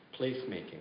placemaking